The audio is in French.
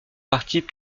participe